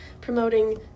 promoting